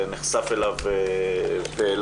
נחשף אליו באילת,